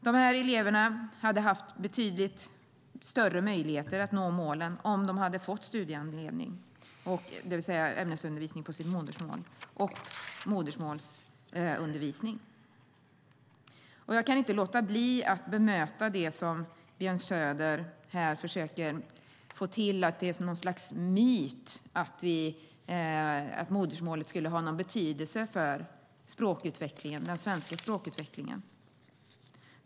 De här eleverna hade haft betydligt större möjligheter att nå målen om de hade fått studiehandledning, det vill säga ämnesundervisning på sitt modersmål, samt modersmålsundervisning. Jag kan inte låta bli att bemöta det som Björn Söder säger. Han försöker få det till att det är något slags myt att modersmålet skulle ha någon betydelse för den svenska språkutvecklingen.